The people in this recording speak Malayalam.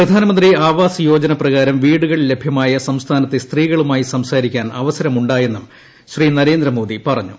പ്രധാനമന്ത്രി ആവാസ് യോജന പ്രകാരം വീടുകൾ ലഭ്യമായ സംസ്ഥാനത്തെ സ്ത്രീകളുമായി സംസാരിക്കാൻ അവസരമുണ്ടായെന്നും ശ്രീ നരേന്ദ്രമോദി പറഞ്ഞു